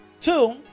two